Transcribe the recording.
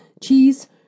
cheese